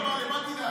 אל תדאג.